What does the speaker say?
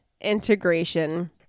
integration